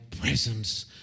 presence